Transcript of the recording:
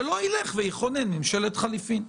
שלא יכונן ממשלת חילופים.